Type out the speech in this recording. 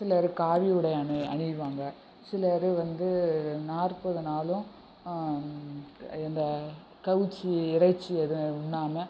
சிலர் காவி உடை அணி அணிவாங்க சிலர் வந்து நாற்பது நாளும் எந்த கவுச்சி இறைச்சி எதுவும் உண்ணாமல்